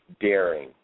daring